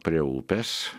prie upės